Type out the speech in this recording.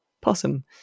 possum